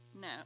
No